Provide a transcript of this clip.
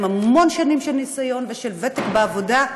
המון שנים של ניסיון ושל ותק בעבודה,